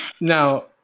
now